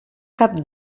cap